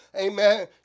amen